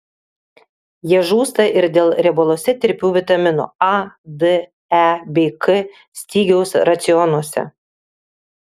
jie žūsta ir dėl riebaluose tirpių vitaminų a d e bei k stygiaus racionuose